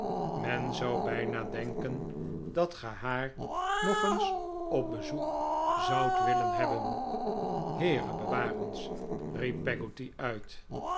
men zou bijna denken dat ge haar nog eens op bezoek zoudt willen hebben heere bewaar ons riep peggotty uit